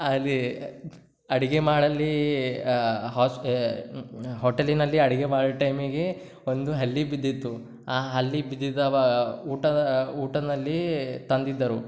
ಅಲ್ಲಿ ಅಡುಗೆ ಮಾಡಲು ಹೊಸ್ಪೆ ಹೋಟೆಲಿನಲ್ಲಿ ಅಡುಗೆ ಮಾಡೋ ಟೈಮಿಗೆ ಒಂದು ಹಲ್ಲಿ ಬಿದ್ದಿತ್ತು ಆ ಹಲ್ಲಿ ಬಿದ್ದಿದವ ಊಟದ ಊಟದಲ್ಲಿ ತಂದಿದ್ದರು